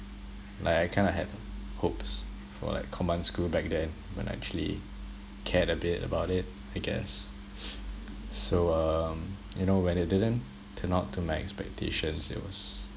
like I kind of had hopes for like command school back then when I actually cared a bit about it I guess so um you know when it didn't turn out to my expectations it was